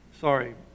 Sorry